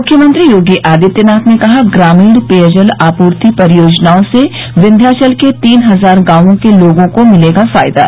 मुख्यमंत्री योगी आदित्यनाथ ने कहा ग्रामीण पेयजल आपूर्ति परियोजनाओं से विश्यांचल के तीन हजार गांवों के लोगों को मिलेगा फ़ायदा